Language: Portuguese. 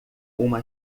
uma